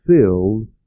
filled